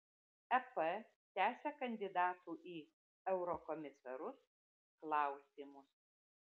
ep tęsia kandidatų į eurokomisarus klausymus